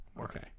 Okay